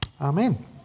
Amen